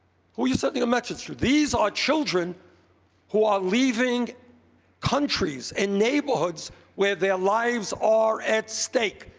who are you sending a message to? these are children who are leaving countries and neighborhoods where their lives are at stake.